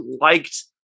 liked